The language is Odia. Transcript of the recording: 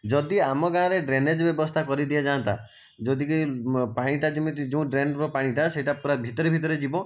ଯଦି ଆମ ଗାଁରେ ଡ୍ରେନେଜ୍ ବ୍ୟବସ୍ଥା କରି ଦିଆଯାଇଥାନ୍ତା ଯଦି କେହି ପାଣିଟା ଯେମିତି ଯେଉଁ ଡ୍ରେନ୍ର ପାଣିଟା ସେହିଟା ପୁରା ଭିତରେ ଭିତରେ ଯିବ